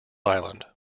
island